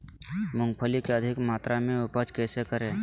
मूंगफली के अधिक मात्रा मे उपज कैसे करें?